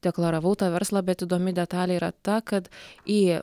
deklaravau tą verslą bet įdomi detalė yra ta kad į